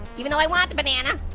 even though i want the banana,